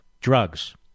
drugs